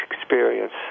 experience